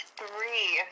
three